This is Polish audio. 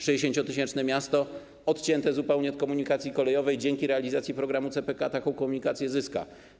60-tysięczne miasto, odcięte zupełnie od komunikacji kolejowej, dzięki realizacji programu CPK taką komunikację zyska.